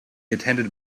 attended